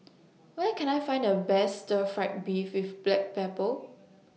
Where Can I Find The Best Stir Fry Beef with Black Pepper